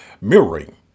Mirroring